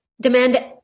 demand